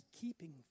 keeping